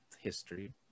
history